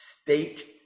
State